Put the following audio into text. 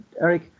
Eric